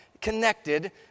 connected